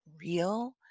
real